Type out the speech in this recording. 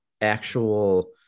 actual